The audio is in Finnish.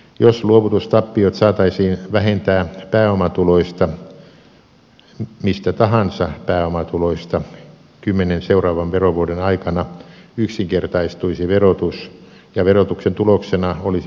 jos luovutustappiot saataisiin vähentää pääomatuloista mistä tahansa pääomatuloista kymmenen seuraavan verovuoden aikana yksinkertaistuisi verotus ja verotuksen tuloksena olisi oikeamääräinen nettoverotus